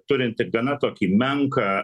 turinti gana tokį menką